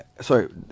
sorry